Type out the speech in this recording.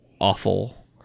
awful